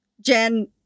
Jen